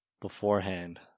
beforehand